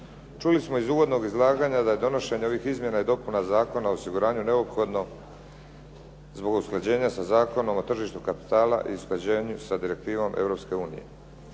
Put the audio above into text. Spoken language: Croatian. Čuli smo iz uvodnog izlaganja da je donošenje ovih izmjena i dopuna Zakona o osiguranju neophodno zbog usklađenja sa Zakonom o tržištu kapitala i usklađenju sa direktivom